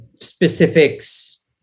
specifics